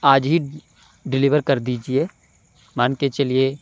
آج ہی ڈلیور کر دیجیے مان کے چلیے